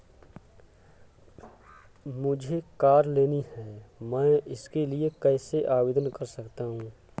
मुझे कार लेनी है मैं इसके लिए कैसे आवेदन कर सकता हूँ?